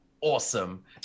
awesome